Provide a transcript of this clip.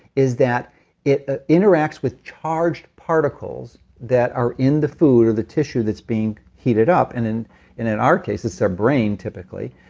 is that it ah interacts with charged particles that are in the food, or the tissue that's being heated up, and in in our case, it's our brain typically,